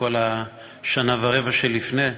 בכל השנה ורבע שלפני.